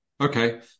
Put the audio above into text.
Okay